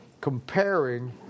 comparing